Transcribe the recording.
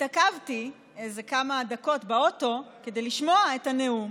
התעכבתי כמה דקות באוטו כדי לשמוע את הנאום